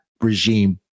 regime